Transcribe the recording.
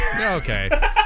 okay